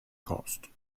cost